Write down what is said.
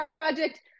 project